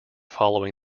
following